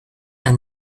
and